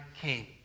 came